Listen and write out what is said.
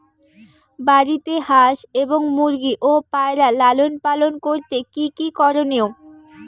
বাড়িতে হাঁস এবং মুরগি ও পায়রা লালন পালন করতে কী কী করণীয়?